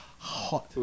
Hot